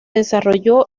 desarrolló